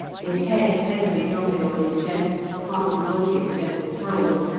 his head heavily dropping on his chest partly woke him several times,